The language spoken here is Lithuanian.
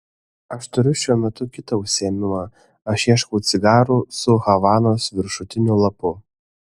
aš turiu šiuo metu kitą užsiėmimą aš ieškau cigarų su havanos viršutiniu lapu